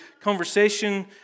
conversation